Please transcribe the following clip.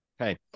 Okay